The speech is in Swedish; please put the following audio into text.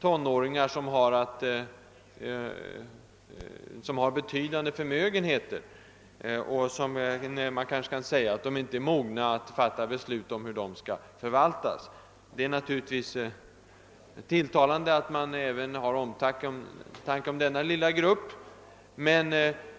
tonåringar som har betydande förmögenheter, och som kanske inte är mogna att fatta beslut om dessas förvaltning. Det är naturligtvis tilltalande att man även har omtanke om denna lilla grupp.